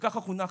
וככה חונכנו.